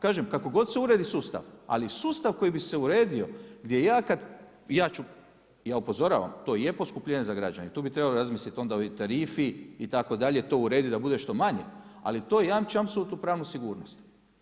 Kažem kako god se uredi sustav ali sustav koji bi se uredio gdje, ja upozoravam, to je poskupljenje za građane, tu bi trebalo razmisliti onda i o tarifi, itd., to urediti da bude što manje, ali to jamči apsolutnu pravnu sigurnost.